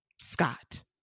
Scott